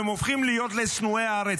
הם הופכים להיות לשנואי הארץ.